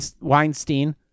Weinstein